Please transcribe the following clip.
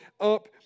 up